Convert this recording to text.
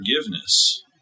forgiveness